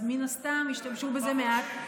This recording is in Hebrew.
מן הסתם השתמשו בזה מעט,